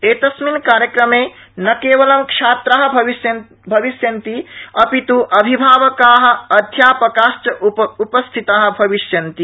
एतस्मिन् कार्यक्रमे न केवलं छात्रा भविष्यन्ति अपि त् अभिभावका अध्यापकाश्च उपस्थिता भविष्यन्ति